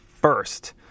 first